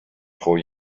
pro